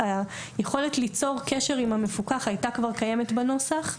היכולת ליצור קשר עם המפוקח הייתה כבר קיימת בנוסח.